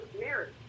marriage